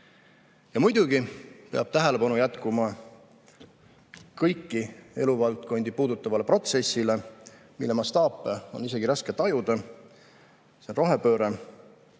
Ja muidugi peab tähelepanu jätkuma kõiki eluvaldkondi puudutavale protsessile, mille mastaape on isegi raske tajuda – see on rohepööre.